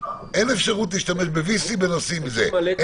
אין אפשרות להשתמש ב- VC בנושאים כאלה,